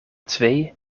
twee